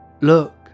Look